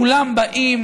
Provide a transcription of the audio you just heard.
כולם באים,